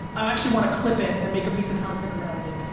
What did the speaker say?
i actually wanna clip it and make a piece of content around it.